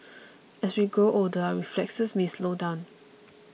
as we grow older our reflexes may slow down